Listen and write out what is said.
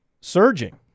surging